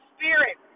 Spirit